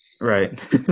Right